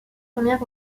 première